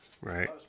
right